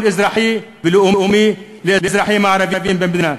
אזרחי ולאומי לאזרחים הערבים במדינה.